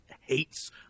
hates